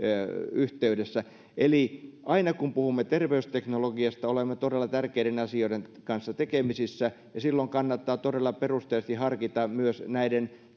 yhteydessä eli aina kun puhumme terveysteknologiasta olemme todella tärkeiden asioiden kanssa tekemisissä ja silloin kannattaa todella perusteellisesti harkita myös näiden